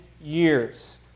years